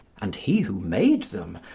and he who made them,